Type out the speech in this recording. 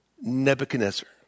Nebuchadnezzar